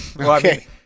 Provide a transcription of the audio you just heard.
Okay